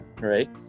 right